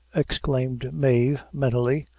exclaimed mave, mentally,